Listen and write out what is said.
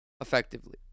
effectively